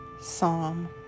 Psalm